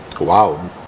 Wow